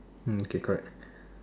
mm okay correct